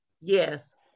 Yes